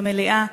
במליאה,